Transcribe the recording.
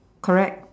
correct